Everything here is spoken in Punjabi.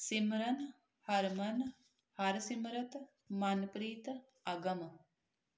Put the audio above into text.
ਸਿਮਰਨ ਹਰਮਨ ਹਰਸਿਮਰਤ ਮਨਪ੍ਰੀਤ ਅਗਮ